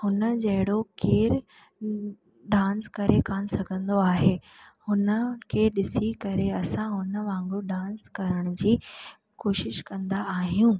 हुन जहिड़ो केरु डांस कोन करे सघंदो आहे हुन खे ॾिसी करे असां उन वांगुरु डांस करण जी कोशिश कंदा आहियूं